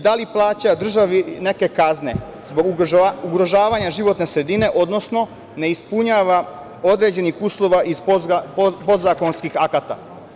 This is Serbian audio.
Da li plaća državi neke kazne zbog ugrožavanja životne sredine, odnosno, ne ispunjavanja određenih uslova iz podzakonskih akata?